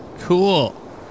Cool